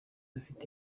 afite